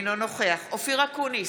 אינו נוכח אופיר אקוניס,